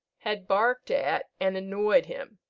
had barked at and annoyed him,